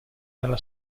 dalla